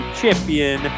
champion